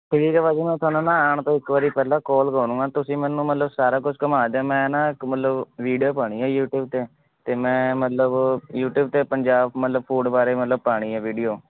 ਠੀਕ ਹੈ ਭਾਅ ਜੀ ਮੈਂ ਤੁਹਾਨੂੰ ਨਾ ਆਉਣ ਤੋਂ ਇੱਕ ਵਾਰੀ ਪਹਿਲਾਂ ਕਾਲ ਕਰੂੰਗਾ ਤੁਸੀਂ ਮੈਨੂੰ ਮਤਲਬ ਸਾਰਾ ਕੁਛ ਘੁੰਮਾ ਦਿਓ ਮੈਂ ਨਾ ਇੱਕ ਮਤਲਬ ਵੀਡੀਓ ਪਾਉਣੀ ਹੈ ਯੂਟਿਊਬ 'ਤੇ ਅਤੇ ਮੈਂ ਮਤਲਬ ਯੂਟਿਊਬ 'ਤੇ ਪੰਜਾਬ ਮਤਲਬ ਫੂਡ ਬਾਰੇ ਮਤਲਬ ਪਾਉਣੀ ਹੈ ਵੀਡੀਓ